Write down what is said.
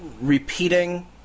repeating